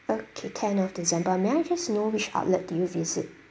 okay ten of december may I just know which outlet did you visit